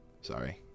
Sorry